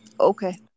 Okay